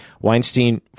Weinstein